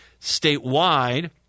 Statewide